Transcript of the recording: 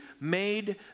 made